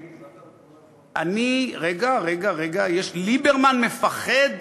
רגע, רגע: ליברמן מפחד,